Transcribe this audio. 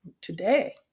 today